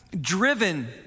driven